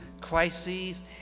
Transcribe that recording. crises